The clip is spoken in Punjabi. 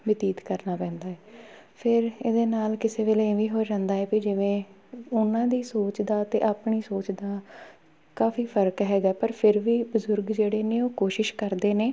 ਬਤੀਤ ਕਰਨਾ ਪੈਂਦਾ ਹੈ ਫਿਰ ਇਹਦੇ ਨਾਲ ਕਿਸੇ ਵੇਲੇ ਇਹ ਵੀ ਹੋ ਜਾਂਦਾ ਹੈ ਵੀ ਜਿਵੇਂ ਉਹਨਾਂ ਦੀ ਸੋਚ ਦਾ ਅਤੇ ਆਪਣੀ ਸੋਚ ਦਾ ਕਾਫੀ ਫ਼ਰਕ ਹੈਗਾ ਪਰ ਫਿਰ ਵੀ ਬਜ਼ੁਰਗ ਜਿਹੜੇ ਨੇ ਉਹ ਕੋਸ਼ਿਸ਼ ਕਰਦੇ ਨੇ